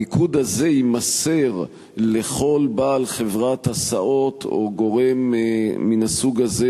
הניקוד הזה יימסר לכל בעל חברת הסעות או גורם מן הסוג הזה,